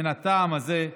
מן הטעם הזה,